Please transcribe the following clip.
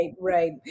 right